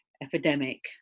epidemic